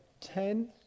ten